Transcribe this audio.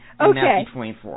Okay